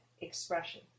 expression